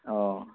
অঁ